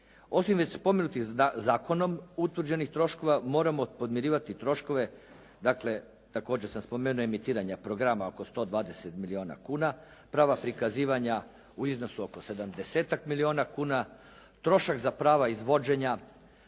Osim već spomenutih zakonom utvrđenih troškova moramo podmirivati troškove, dakle također sad spomenem emitiranje programa oko 120 milijuna kuna, prava prikazivanja u iznosu oko 70-tak milijuna kuna, trošak za prava izvođenja